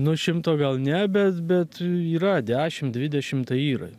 nu šimto gal ne bet bet yra dešimt dvidešimt tai yra